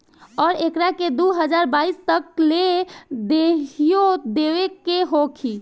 अउरु एकरा के दू हज़ार बाईस तक ले देइयो देवे के होखी